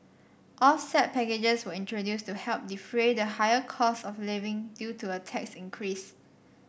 offset packages were introduced to help defray the higher costs of living due to a tax increase